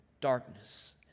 darkness